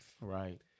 Right